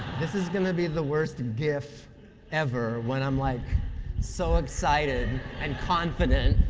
this is going to be the worst and gif ever when i'm like so excited and confident,